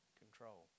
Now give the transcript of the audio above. control